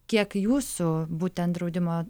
kiek jūsų būtent draudimo